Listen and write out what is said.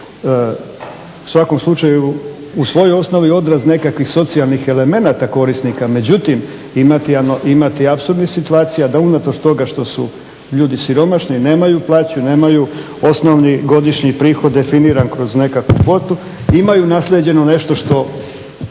u svakom slučaju u svojoj osnovi odraz nekakvih socijalnih elemenata korisnika, međutim imate i apsurdnih situacija da unatoč toga što su ljudi siromašni, nemaju plaću, nemaju osnovni godišnji prihod definiran kroz nekakvu kvotu imaju naslijeđeno nešto što